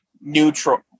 neutral